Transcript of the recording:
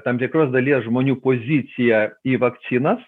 tam tikros dalies žmonių poziciją į vakcinas